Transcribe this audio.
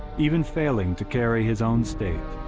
even failing to carry his own state.